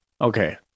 Okay